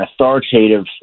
authoritative